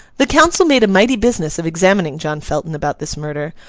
the council made a mighty business of examining john felton about this murder,